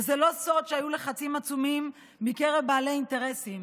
זה לא סוד שהיו לחצים עצומים מקרב בעלי אינטרסים,